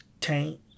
Taint